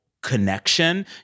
connection